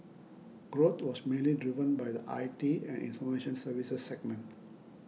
growth was mainly driven by the I T and information services segment